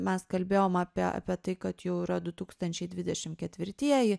mes kalbėjom apie apie tai kad jau yra du tūkstančiai dvidešim ketvirtieji